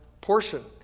portion